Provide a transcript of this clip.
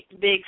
big